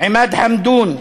עימאד חמדון,